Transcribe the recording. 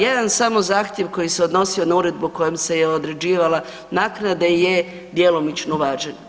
Jedan samo zahtjev koji se odnosio na uredbu kojom se je određivala naknada je djelomično uvažen.